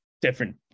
different